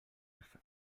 irse